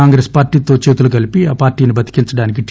కాంగ్రెస్పార్టీతో చేతులు కలిపి ఆపార్టీని బతికించడానికి టి